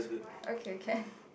okay can